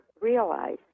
realize